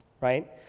right